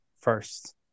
first